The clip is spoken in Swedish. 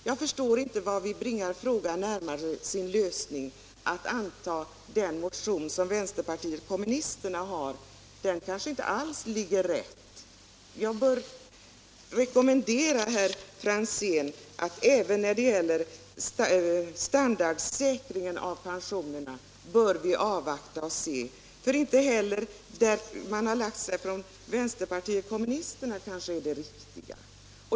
Jag förstår inte hur vi bringar frågan närmare sin lösning genom att anta den motion som vänsterpartiet kommunisterna har. Den kanske inte alls ligger rätt. Jag rekommenderar herr Franzén att även när det gäller standardsäkringen av pensionerna avvakta. Kanske inte heller det som vänsterpartiet kommunisterna har föreslagit är det riktiga.